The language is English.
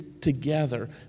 together